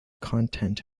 content